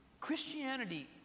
Christianity